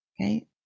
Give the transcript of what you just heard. Okay